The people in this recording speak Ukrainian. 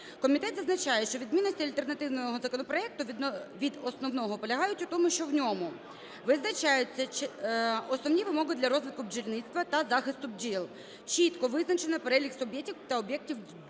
Комітет зазначає, що відмінності альтернативного законопроекту від основного полягають в тому, що в ньому визначаються основні вимоги для розвитку бджільництва та захисту бджіл, чітко визначено перелік суб'єктів та об'єктів